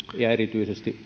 ja erityisesti